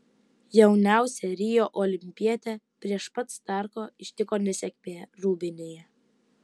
jauniausią rio olimpietę prieš pat startą ištiko nesėkmė rūbinėje